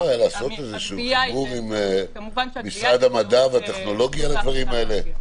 היה לעשות חיבור עם משרד המדע והטכנולוגיה לדברים האלה?